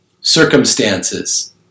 circumstances